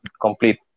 complete